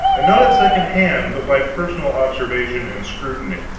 and not at second hand, but by personal observation and scrutiny.